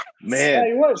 Man